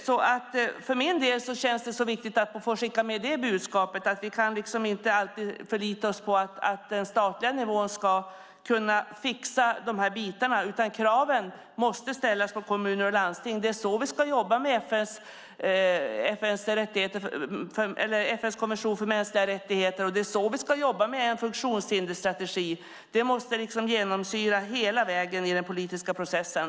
För min del känns det viktigt att få skicka med budskapet att vi inte alltid kan förlita oss på att den statliga nivån ska kunna fixa dessa bitar, utan det måste ställas krav på kommuner och landsting. Det är så vi ska jobba med FN:s konvention om mänskliga rättigheter och strategin för funktionshindrade. Det måste genomsyra arbetet hela vägen i den politiska processen.